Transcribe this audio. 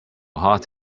heart